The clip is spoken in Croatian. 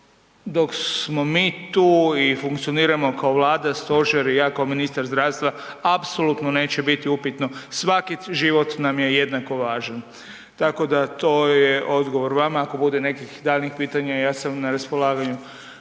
dok smo mi tu i funkcioniramo kao Vlada, stožer i ja kao ministar zdravstva apsolutno neće biti upitno, svaki život nam je jednako važan. Tako da to je odgovor vama, ako bude nekih daljnjih pitanja ja sam na raspolaganju.